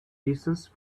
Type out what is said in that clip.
distance